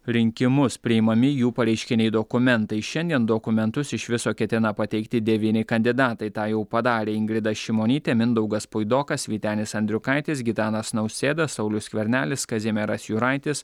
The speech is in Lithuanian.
rinkimus priimami jų pareiškiniai dokumentai šiandien dokumentus iš viso ketina pateikti devyni kandidatai tą jau padarė ingrida šimonytė mindaugas puidokas vytenis andriukaitis gitanas nausėda saulius skvernelis kazimieras juraitis